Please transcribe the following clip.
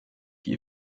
die